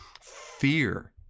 fear